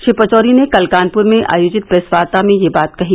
श्री पचौरी ने कल कानपुर में आयोजित प्रेस वार्ता में यह बात कही